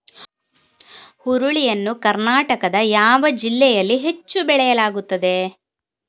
ಹುರುಳಿ ಯನ್ನು ಕರ್ನಾಟಕದ ಯಾವ ಜಿಲ್ಲೆಯಲ್ಲಿ ಹೆಚ್ಚು ಬೆಳೆಯಲಾಗುತ್ತದೆ?